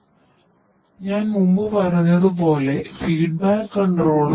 അതിനാൽ ഞാൻ മുമ്പ് പറഞ്ഞതുപോലെ ഫീഡ്ബാക്ക് കണ്ട്രോളും